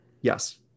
Yes